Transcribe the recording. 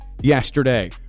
yesterday